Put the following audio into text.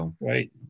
Right